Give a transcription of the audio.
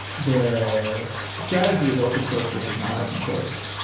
the strategy of open source versus not open source.